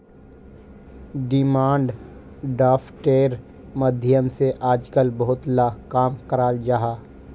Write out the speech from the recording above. demand ड्राफ्टेर माध्यम से आजकल बहुत ला काम कराल जाहा